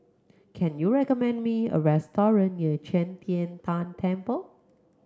can you recommend me a restaurant near Qi Tian Tan Temple